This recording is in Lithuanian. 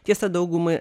tiesa daugumai